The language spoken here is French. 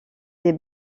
des